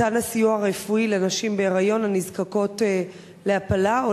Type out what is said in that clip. מתן הסיוע הרפואי לנשים בהיריון הנזקקות להפלה או